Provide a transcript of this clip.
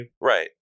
Right